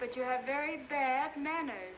but you have very bad manner